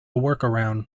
workaround